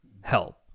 help